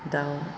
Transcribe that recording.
दाउ